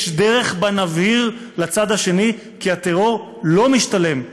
יש דרך שבה נבהיר לצד השני כי הטרור לא משתלם.